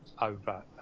over